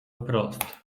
wprost